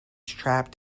trapped